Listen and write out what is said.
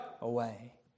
away